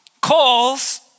calls